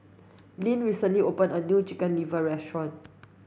Lynn recently opened a new chicken liver restaurant